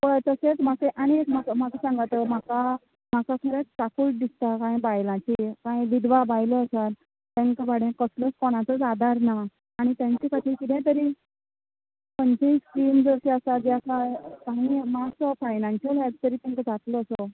हय तशेंच आनी एक म्हाका सांगत म्हाका म्हाका मरे काकूट दिसता कांय बायलांची कांय विधवा बायलो आसात तेंकां बाबड्यांक कसलोच कोणाचोच आधार ना आनी तेंकां अशें कितेंय तरी खंयचीय स्कीम अशी आसा जेका मातसो फायनॅन्शल हॅल्प तरी तेंकां जातलो सो